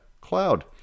cloud